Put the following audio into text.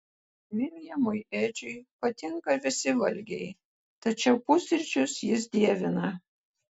viljamui edžiui patinka visi valgiai tačiau pusryčius jis dievina